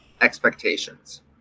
expectations